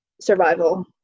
survival